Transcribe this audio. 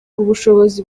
ubushobozi